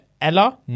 Ella